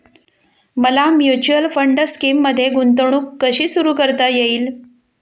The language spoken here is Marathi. मला म्युच्युअल फंड स्कीममध्ये गुंतवणूक कशी सुरू करता येईल?